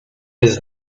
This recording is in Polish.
jest